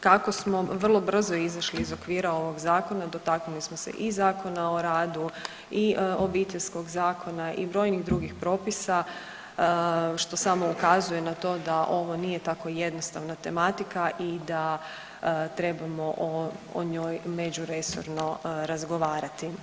Kako smo vrlo brzo izišli iz okvira ovog Zakona, dotaknuli smo se i Zakona o radu i Obiteljskog zakona i brojnih drugih propisa, što samo ukazuje na to da ovo nije tako jednostavna tematika i da trebamo o njoj međuresorno razgovarati.